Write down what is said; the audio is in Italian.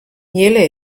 miele